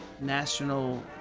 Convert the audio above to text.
national